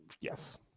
yes